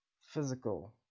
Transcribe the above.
physical